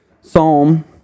Psalm